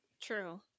True